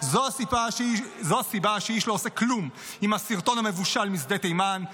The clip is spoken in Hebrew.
זו הסיבה שאיש לא עושה כלום עם הסרטון המבושל משדה תימן,